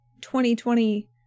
2020